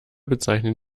bezeichnen